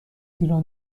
زیرا